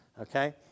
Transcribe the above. okay